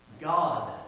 God